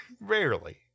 Rarely